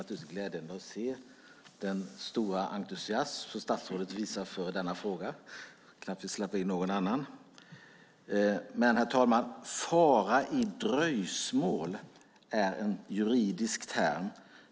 Herr talman! "Fara i dröjsmål" är en juridisk term.